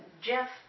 Jeff